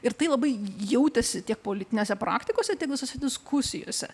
ir tai labai jautėsi tiek politinėse praktikose tiek visose diskusijose